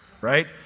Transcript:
right